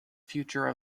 future